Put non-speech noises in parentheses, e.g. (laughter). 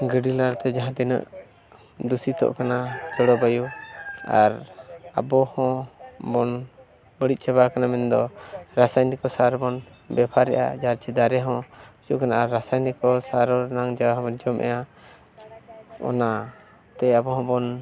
ᱜᱟᱹᱰᱤ ᱞᱟᱹᱜᱤᱫᱼᱛᱮ ᱡᱟᱦᱟᱸ ᱛᱤᱱᱟᱹᱜ ᱫᱩᱥᱤᱛᱚᱜ ᱠᱟᱱᱟ ᱡᱚᱞᱚᱵᱟᱭᱩ ᱟᱨ ᱟᱵᱚ ᱦᱚᱸᱵᱚᱱ ᱵᱟᱹᱲᱤᱡ ᱪᱟᱵᱟᱜ ᱠᱟᱱᱟ ᱢᱮᱱᱫᱚ ᱨᱟᱥᱟᱭᱚᱱᱤᱠ ᱥᱟᱨ ᱵᱚᱱ ᱵᱮᱵᱷᱟᱨᱮᱜᱼᱟ ᱡᱟᱦᱟᱸ ᱪᱮᱫ ᱫᱟᱨᱮ ᱦᱚᱸ ᱪᱮᱫ ᱠᱚ ᱢᱮᱱᱟ ᱨᱟᱥᱟᱭᱚᱱᱤᱠ ᱠᱚ ᱥᱟᱨ ᱨᱮᱱᱟᱜ ᱡᱟ (unintelligible) ᱚᱱᱟᱛᱮ ᱟᱵᱚ ᱦᱚᱸᱵᱚᱱ